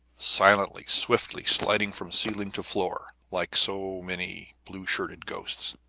silently, swiftly, sliding from ceiling to floor like so many blue-shirted ghosts.